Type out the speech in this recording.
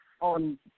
on